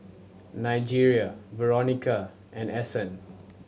Nigel Veronica and Ason